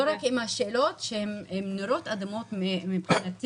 לא רק עם השאלות שהן נורות אדומות מבחינתי.